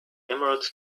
emerald